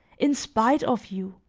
in spite of you,